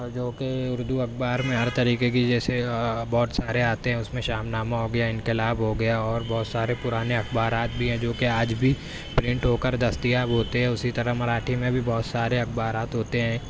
اور جوکہ اردو اخبار میں ہر طریقے کی جیسے بہت سارے آتے ہیں اس میں شام نامہ ہو گیا انقلاب ہو گیا اور بہت سارے پرانے اخبارات بھی ہیں جوکہ آج بھی پرنٹ ہو کر دستیاب ہوتے ہیں اسی طرح مراٹھی میں بہت سارے اخبارات ہوتے ہیں